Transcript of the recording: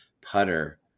putter